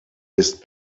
ist